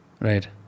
Right